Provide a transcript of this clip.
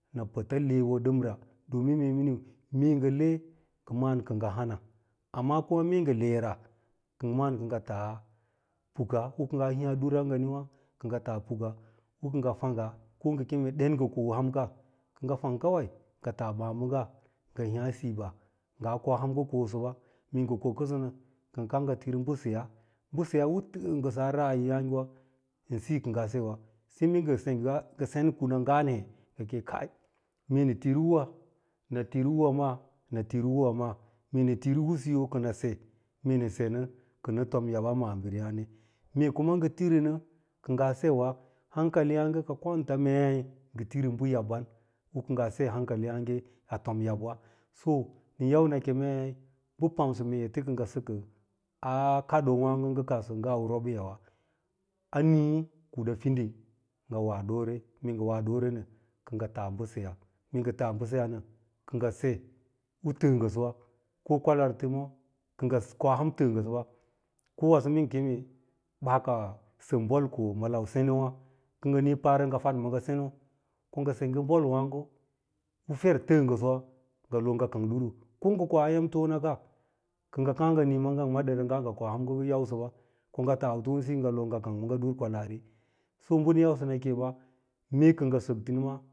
Nɚ pɚta beyo ɗɚmra domin mee minin mee ngɚ ɓe ngɚ ma’àn kɚ ngɚ hana, ama kuma mee ngɚ lera ngɚ ma’àn kɚ ngɚ taa puka u kɚ ngaa hiiya duraa nganiwà, kɚ ngɚ taa puka u kɚ ngaa fangga ko ngɚ kem ɗem ngɚ koa hamka kɚ ngɚ fang kwai ngɚ taa kobaa ngɚ hiiyà siiɓa nga koa ham ngɚ osɚbe mee ngɚ ko ko kɚnso nɚ, kɚ ngɚ kàà ngɚ tiri mbɚseyaa u yi tɚɚ ngɚsɚ a talayi yààgewa ndɚ siyo kɚ ngaa sewa sai mee ngɚ sengge ngɚ sen kua ngan hê ngɚ keun kai mee nɚ tiri uwa nɚ tiri uw maa ni tiri uwa maa, mee nɚ tiri usuyo nɚ nɚ se mee nɚsɚ nɚ kɚ ɚ tom yab a manbiri yàne, mee kuma ngɚ ngɚ tiri nɚ kɚ ngaa sewa hankaliyààge ka kwanta mei ngɚ iri bɚ yaɓɓan u kɚ ngaa se hankaliyààkê a tom yab’wa. To, nɚn yau nɚ ke mei bɚ pamsɚ mee ete kɚ ngaa sɚkɚ a kadoowange ngɚ au roɓeyawa a nii ma kuda fiding ngɚ wa ɗoore, mee ngɚ wa doorenɚ kɚ ngɚ taa mhɚseyaa, me ngɚ taa mbɚseyaa nɚ kɚ ngɚ se a tɚɚ ngɚsɚwa ko kwalartoma kɚ ngɚ koa ham tɚɚ ngɚsɓa kow waso mde keme ɓaaka sɚm bolko a senowà ngɚ nii parrɚ ngɚ fad maaga seno ko ngɚ sengge bowààgo u fer tɚɚ ngɚsɚwa ngɚ loo ngɚ kang ɗuru, ko ngɚ koa emtonaka, kɚ ngɚ kàà ngɚ nii maage ngɚ ma ɗada ‘ngaa ngɚ koa ham ngɚn yausɚɓa ko nga taa tonesiyo ngɚ loo ngɚ kang manga kwalaari so bɚ nɚn yausɚ nɚ kêêɓa mee kɚ ngɚ sɚk tinima